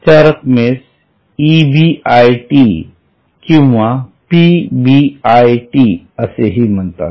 त्या रक्कमेस EBIT किंवा PBIT असेही म्हणतात